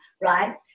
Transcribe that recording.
right